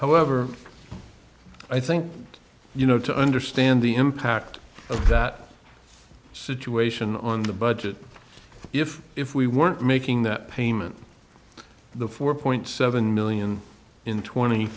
however i think you know to understand the impact of that situation on the budget if if we weren't making that payment the four point seven million in twenty